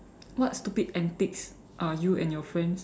what stupid antics are you and your friends